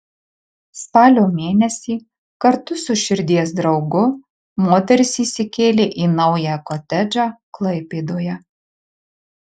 spalio mėnesį kartu su širdies draugu moteris įsikėlė į naują kotedžą klaipėdoje